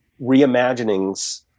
reimaginings